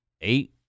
eight